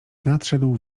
nadszedł